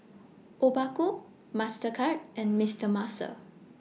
Obaku Mastercard and Mister Muscle